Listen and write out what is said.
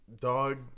dog